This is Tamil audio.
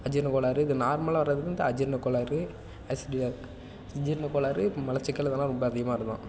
அஜீரண கோளாறு இது நார்மல்ல வரதுக்கும் அஜீரண கோளாறு அசிடி அஜீரண கோளாறு மலச்சிக்கல் இதெல்லாம் ரொம்ப அதிகமாக இருக்கும்